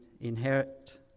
inherit